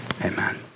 Amen